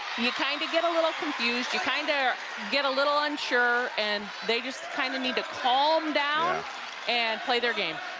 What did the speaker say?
you kind of get a little confused. you kind of get a little unsure, and they just kind of need to calm down and play their game.